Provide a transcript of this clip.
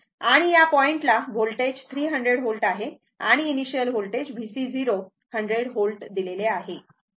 आणि या पॉईंट ला व्होल्टेज 300 व्होल्ट आहे आणि इनीशीअल वोल्टेज VC 0 100 व्होल्ट दिलेले आहे